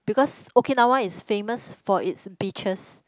because Okinawa is famous for it's beaches